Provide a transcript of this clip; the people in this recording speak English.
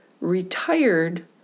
retired